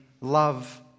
love